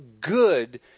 good